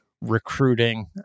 recruiting